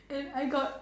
and I got